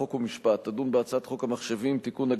חוק ומשפט תדון בהצעת חוק המחשבים (תיקון,